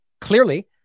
clearly